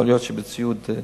יכול להיות שאני אקבל ציוד,